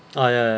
no meh